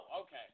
okay